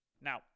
Now